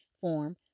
form